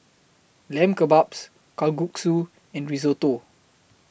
Lamb Kebabs Kalguksu and Risotto